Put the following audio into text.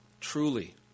truly